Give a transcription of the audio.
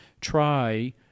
try